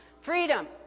freedom